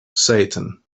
satan